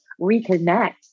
reconnect